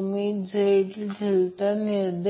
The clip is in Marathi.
म्हणजे ते आणि हे आहे